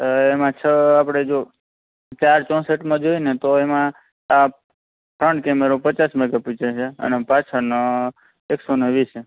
અ એમાં છ આપણે જો ચાર ચોંસઠમાં જોઇએ ને તો એમાં આ ફ્રન્ટ કેમેરો પચાસ મેગા પિક્સેલ છે અને પાછળનો એકસોને વીસ